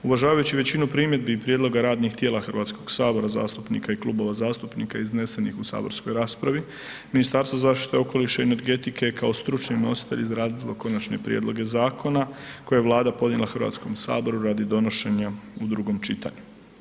Uvažavajući većinu primjedbi i prijedloga radnih tijela Hrvatskog sabora zastupnika i klubova zastupnika iznesenih u saborskoj raspravi Ministarstvo zaštite okoliša i energetike je kao stručni nositelj izradilo konačne prijedloge zakona koje je Vlada podnijela Hrvatskom saboru radi donošenja u drugom čitanju.